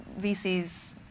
VCs